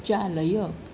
चालय